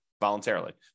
voluntarily